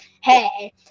hey